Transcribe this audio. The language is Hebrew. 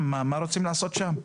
מה רוצים לעשות שם?